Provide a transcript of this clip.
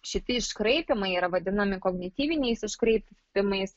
šiti iškraipymai yra vadinami kognityviniais iškraipymais